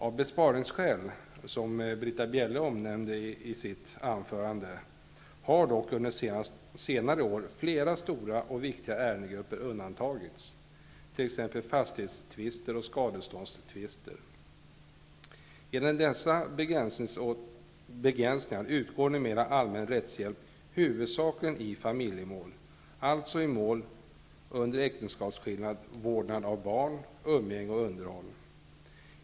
Av besparingsskäl -- som också Britta Bjelle omnämnde i sitt anförande -- har dock under senare år flera stora och viktiga ärendegrupper undantagits, t.ex. fastighetstvister och skadeståndstvister. Genom dessa begränsningar utgår numera allmän rättshjälp huvudsakligen i familjemål, alltså i mål som handlar om äktenskapsskillnad, vårdnad av barn, umgänge och underhåll.